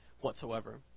whatsoever